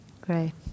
Great